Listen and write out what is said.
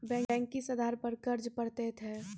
Bank किस आधार पर कर्ज पड़तैत हैं?